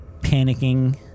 panicking